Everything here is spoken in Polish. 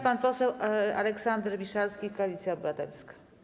Pan poseł Aleksander Miszalski, Koalicja Obywatelska.